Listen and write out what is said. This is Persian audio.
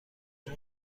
کجا